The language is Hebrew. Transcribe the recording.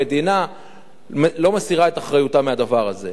המדינה לא מסירה את אחריותה מהדבר הזה.